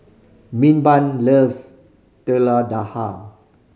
Milburn loves Telur Dadah